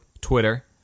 Twitter